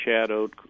shadowed